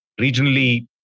regionally